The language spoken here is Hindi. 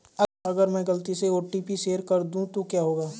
अगर मैं गलती से ओ.टी.पी शेयर कर दूं तो क्या होगा?